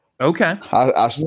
Okay